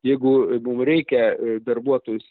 jeigu mum reikia darbuotojus